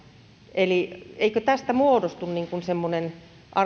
eli eikö tästä muodostu semmoinen